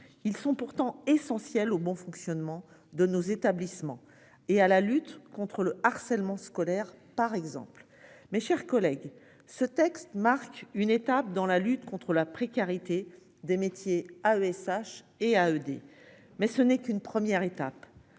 Ils sont pourtant essentiels au bon fonctionnement de nos établissements et à la lutte contre le harcèlement scolaire par exemple, mes chers collègues. Ce texte marque une étape dans la lutte contre la précarité des métiers à ESH et à ED. Mais ce n'est qu'une première étape.